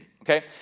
Okay